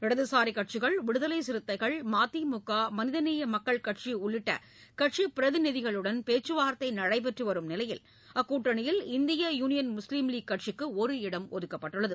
இடதுசாரி கூட்சிகள் விடுதலை சிறுத்தைகள் மதிமுக மனிதநேய மக்கள் கட்சி உள்ளிட்ட கட்சிப் பிரதிநிதிகளுடன் பேச்சுவார்த்தை நடைபெற்று வரும் நிலையில் அக்கூட்டணியில் இந்திய யூனியன் முஸ்லீம் கட்சிக்கு ஒரு இடம் ஒதுக்கப்பட்டுள்ளது